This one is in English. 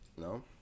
no